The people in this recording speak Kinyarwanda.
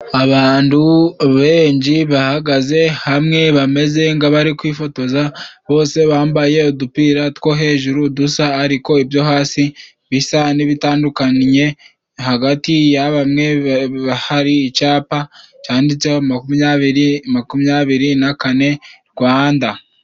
Abantu benshi bahagaze hamwe bameze nk'abari kwifotoza bose bambaye udupira two hejuru dusa ariko ibyo hasi bisa n'ibitandukannye hagati ya bamwe hari icapa canditseho makumyabiri makumyabiri na kane Rwanda.